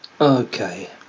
okay